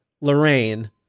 Lorraine